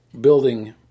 building